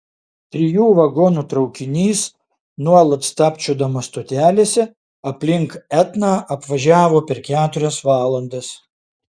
trijų vagonų traukinys nuolat stabčiodamas stotelėse aplink etną apvažiavo per keturias valandas